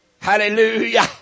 Hallelujah